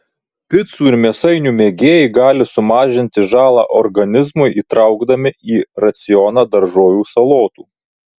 picų ir mėsainių mėgėjai gali sumažinti žalą organizmui įtraukdami į racioną daržovių salotų